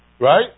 Right